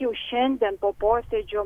jau šiandien po posėdžio